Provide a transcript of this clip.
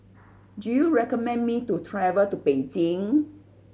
do you recommend me to travel to Beijing